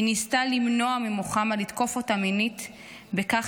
היא ניסתה למנוע ממוחמד לתקוף אותה מינית בכך